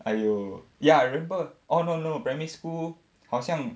!aiyo! ya I remember orh no no primary school 好像